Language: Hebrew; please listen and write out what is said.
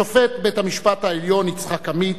שופט בית-המשפט העליון יצחק עמית,